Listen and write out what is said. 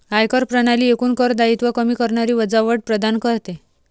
आयकर प्रणाली एकूण कर दायित्व कमी करणारी वजावट प्रदान करते